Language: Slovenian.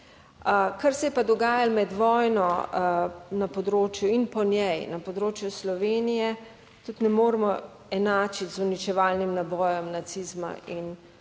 Kar se je pa dogajalo med vojno na področju in po njej na področju Slovenije tudi ne moremo enačiti z uničevalnim nabojem nacizma in